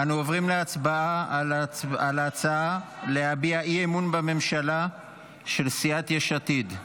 אנו עוברים להצבעה על ההצעה להביע אי-אמון בממשלה של סיעת יש עתיד.